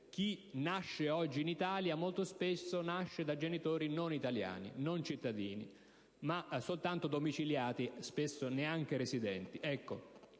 chi nasce oggi in Italia, molto spesso nasce da genitori non italiani, non cittadini ma soltanto domiciliati, spesso neanche residenti.